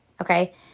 Okay